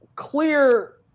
Clear